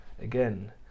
again